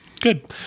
Good